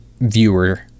viewer